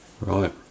Right